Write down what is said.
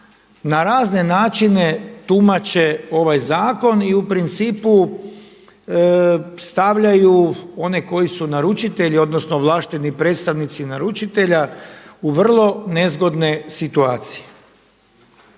na razne načine tumače ovaj zakon i u principu stavljaju one koji su naručitelji odnosno ovlašteni predstavnici naručitelja u vrlo nezgodne situacije.